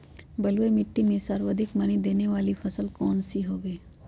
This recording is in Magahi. बलुई मिट्टी में सर्वाधिक मनी देने वाली फसल कौन सी होंगी?